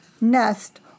nest